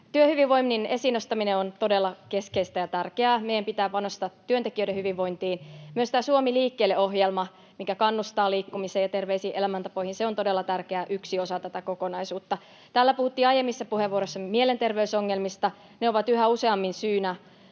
Työhyvinvoinnin esiin nostaminen on todella keskeistä ja tärkeää. Meidän pitää panostaa työntekijöiden hyvinvointiin. Myös Suomi liikkeelle ‑ohjelma, mikä kannustaa liikkumiseen ja terveisiin elämäntapoihin, on todella tärkeä yksi osa tätä kokonaisuutta. Täällä puhuttiin aiemmissa puheenvuoroissa mielenterveysongelmista. Ne ovat yhä useammin syynä